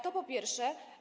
To po pierwsze.